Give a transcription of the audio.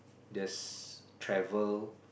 just travel